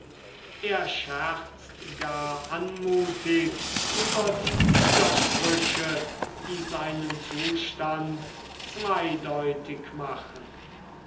er scherzt gar anmutig über die widersprüche die seinen zustand zweideutig machen